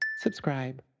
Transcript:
subscribe